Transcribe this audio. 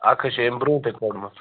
اَکھ حظ چھُ امہِ برٛونٛہہ تہِ کوٚڈمُت